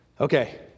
Okay